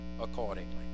accordingly